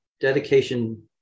dedication